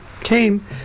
came